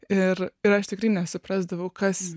ir ir aš tikrai nesuprasdavau kas